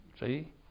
See